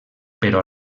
però